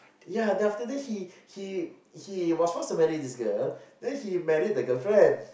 ya then after that he he he he was to forced to marry this girl the he married the girlfriend